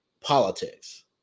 politics